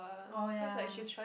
oh ya